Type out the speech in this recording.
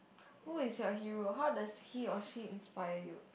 who is your hero how does he or she inspire you